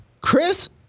Chris